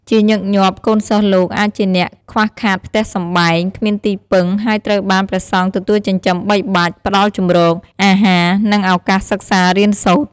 ជាញឹកញាប់ កូនសិស្សលោកអាចជាអ្នកខ្វះខាតផ្ទះសម្បែង គ្មានទីពឹង ហើយត្រូវបាន ព្រះសង្ឃទទួលចិញ្ចឹមបីបាច់ ផ្តល់ជម្រក អាហារ និងឱកាសសិក្សារៀនសូត្រ។